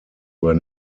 were